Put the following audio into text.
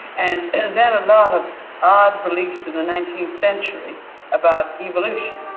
and and then a lot of odd beliefs in the nineteenth century about evolution.